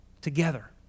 together